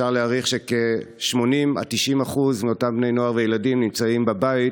אפשר להעריך ש-80% עד 90% מאותם בני נוער וילדים נמצאים בבית.